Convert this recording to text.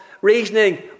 reasoning